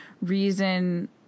reason